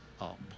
up